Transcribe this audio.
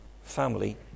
family